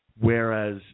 whereas